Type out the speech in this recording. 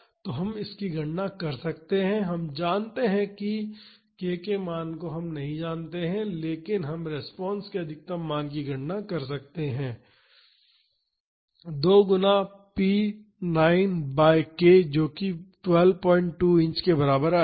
तो हम गणना कर सकते हैं हम जानते हैं कि हम k के मान को नहीं जानते हैं इसलिए हम रिस्पांस के अधिकतम मान की गणना कर सकते हैं 2 गुना p9 बाई k जो कि 122 इंच के बराबर आएगा